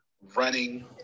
running